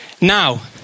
Now